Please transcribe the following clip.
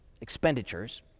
expenditures